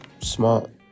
smart